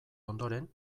ondoren